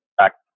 act